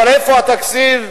אבל איפה התקציב?